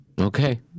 Okay